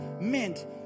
meant